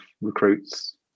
recruits